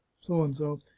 so-and-so